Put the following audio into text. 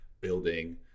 building